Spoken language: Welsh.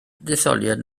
detholiad